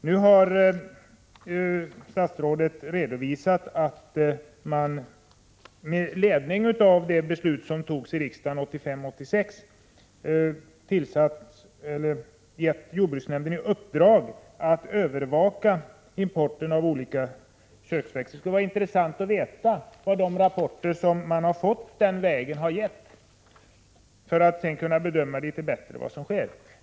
Nu har statsrådet redovisat att regeringen med ledning av riksdagens beslut 1986 gett jordbruksnämnden i uppdrag att övervaka importen av olika köksväxter. Det skulle vara intressant att veta vad man har redovisat i de rapporter som regeringen har fått den vägen och om regeringen på grundval av dem bättre kan bedöma vad som sker.